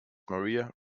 maria